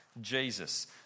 Jesus